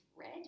red